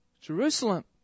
Jerusalem